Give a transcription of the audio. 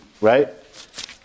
Right